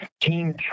team